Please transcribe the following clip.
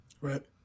Right